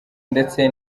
ndetse